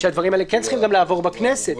שהדברים האלה גם צריכים לעבור בכנסת.